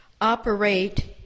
operate